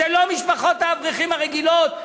זה לא משפחות האברכים הרגילות,